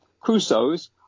Crusoe's